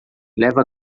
leva